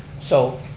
so,